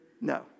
No